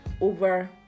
over